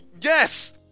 yes